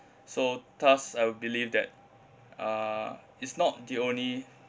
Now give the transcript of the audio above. so thus I'll believe that uh is not the only